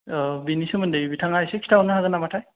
औ बिनि सोमोन्दै बिथाङा इसे खिन्था हरनो हागोन नामाथाय